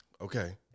Okay